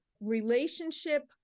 relationship